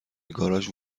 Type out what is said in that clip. گاراژ